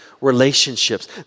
relationships